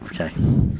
okay